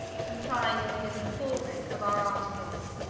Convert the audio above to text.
compris'd within the fore-ranke of our articles